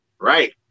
Right